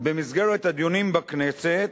במסגרת הדיונים בכנסת,